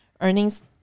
Earnings